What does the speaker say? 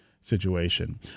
situation